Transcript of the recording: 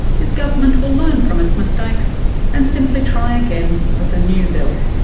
his government will learn from its mistakes and simply try again with a new bill.